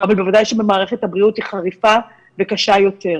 אבל בוודאי שבמערכת הבריאות היא חריפה וקשה יותר,